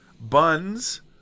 buns